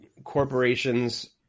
Corporations